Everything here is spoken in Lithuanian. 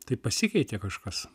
tai pasikeitė kažkas